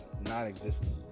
non-existent